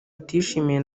atishimiye